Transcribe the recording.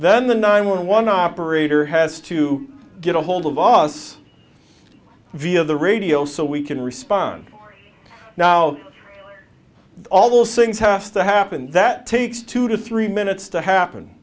then the nine one one operator has to get a hold of us via the radio so we can respond now all sings have to happen that takes two to three minutes to happen